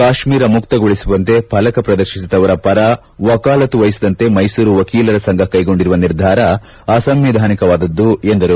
ಕಾಶ್ಮೀರ ಮುಕ್ತಗೊಳಿಸುವಂತೆ ಫಲಕ ಪ್ರದರ್ಶಿಸಿದವರ ನಳಿನಿ ಪರ ವಕಾಲತ್ತು ವಹಿಸದಂತೆ ಮೈಸೂರು ವಕೀಲರ ಸಂಘ ಕೈಗೊಂಡಿರುವ ನಿರ್ಧಾರ ಅಸಂವಿಧಾನಿಕವಾದದ್ದು ಎಂದರು